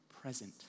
present